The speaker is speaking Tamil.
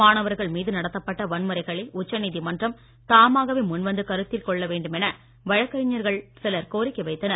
மாணவர்கள் மீது நடத்தப்பட்ட வன்முறைகளை உச்சநீதிமன்றம் தாமாகவே முன் வந்து கருத்தில் கொள்ள வேண்டுமென வழக்கறிஞர்கள் சிலர் கோரிக்கை வைத்தனர்